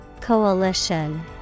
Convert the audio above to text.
Coalition